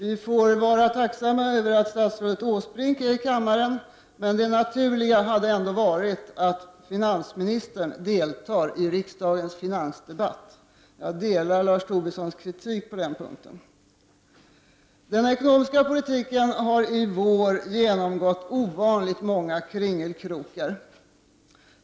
Vi får väl vara tacksamma över att statsrådet Åsbrink är i kammaren, men det naturliga är ändå att finansministern deltar i riksdagens finansdebatt. Jag delar Lars Tobissons kritik på den punkten. Den ekonomiska politiken har denna vår genomgått ovanligt många kringelkrokar.